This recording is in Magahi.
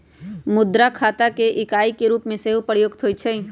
मुद्रा खता के इकाई के रूप में सेहो प्रयुक्त होइ छइ